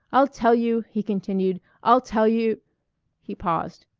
i'll tell you, he continued, i'll tell you he paused,